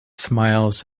smiles